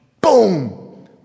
boom